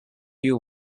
you